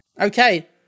okay